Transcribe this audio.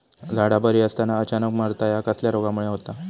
झाडा बरी असताना अचानक मरता हया कसल्या रोगामुळे होता?